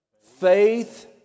faith